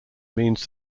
means